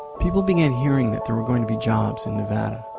people began hearing that there were going to be jobs in nevada.